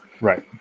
Right